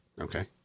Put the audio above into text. Okay